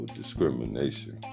discrimination